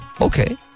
Okay